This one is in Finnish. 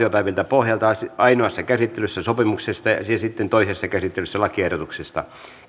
pohjalta ainoassa käsittelyssä sopimuksesta ja ja sitten toisessa käsittelyssä lakiehdotuksesta